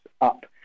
up